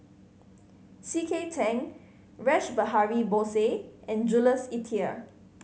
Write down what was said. C K Tang Rash Behari Bose and Jules Itier